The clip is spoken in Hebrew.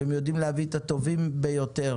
שהן יודעות להביא את הטובים ביותר.